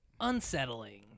unsettling